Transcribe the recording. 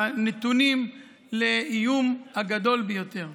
הנתונים לאיום הגדול ביותר.